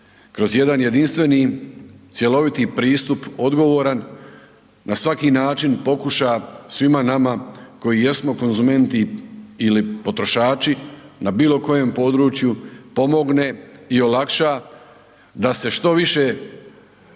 kroz jedan jedinstveni cjeloviti pristup odgovoran, na svaki način pokuša svima nama koji jesmo konzumenti ili potrošači na bilo kojem području pomogne i olakša da se što više suzbije